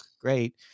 great